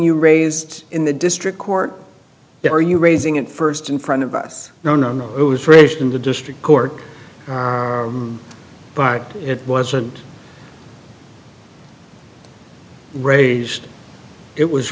you raised in the district court there are you raising it first in front of us no no no it was raised in the district court but it wasn't raised it was